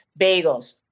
Bagels